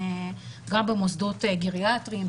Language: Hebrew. גם במוסדות גריאטריים,